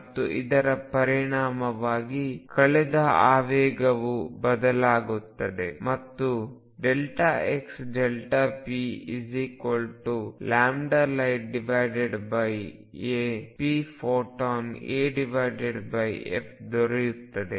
ಮತ್ತು ಇದರ ಪರಿಣಾಮವಾಗಿ ಕಳೆದ ಆವೇಗವು ಬದಲಾವಣೆಯಾಗುತ್ತದೆ ಮತ್ತು xplightapphotonafದೊರೆಯುತ್ತದೆ